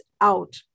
out